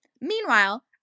Meanwhile